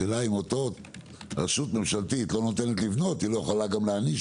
השאלה אם אותה רשות ממשלתית לא נותנת לבנות ולא יכולה גם להעניש